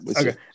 Okay